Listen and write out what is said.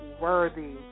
worthy